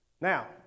Now